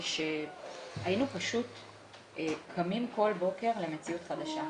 שהיינו קמים כל בוקר למציאות חדשה.